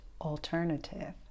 alternative